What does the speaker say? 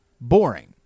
boring